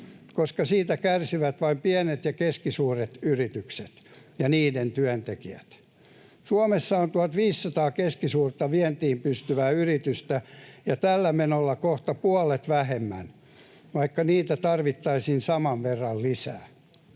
koska siitä kärsivät vain pienet ja keskisuuret yritykset ja niiden työntekijät. Suomessa on 1 500 keskisuurta, vientiin pystyvää yritystä ja tällä menolla kohta puolet vähemmän, vaikka niitä tarvittaisiin saman verran lisää.